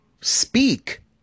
speak